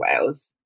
Wales